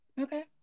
Okay